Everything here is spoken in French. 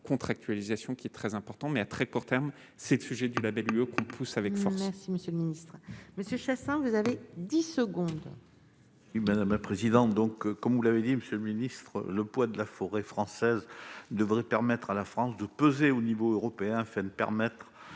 contractualisation qui est très important, mais à très court terme, c'est le sujet du Label UE qu'on pousse avec force. Monsieur le ministre Monsieur Chassaing, vous avez 10 secondes. Madame la présidente, donc comme vous l'avez dit, monsieur le ministre, le poids de la forêt française devrait permettre à la France de peser au niveau européen afin de de mettre